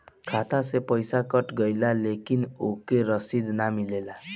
खाता से पइसा कट गेलऽ लेकिन ओकर रशिद न मिलल?